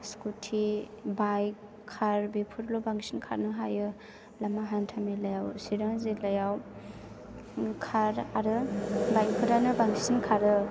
scooty bike खार बेफोरल' बांसिन खारनो हायो लामा हान्थामेलायाव सिरां जिल्लायाव खार आरो बाइकफोरानो बांसिन खारो